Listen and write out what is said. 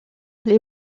les